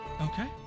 Okay